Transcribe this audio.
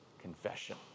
confession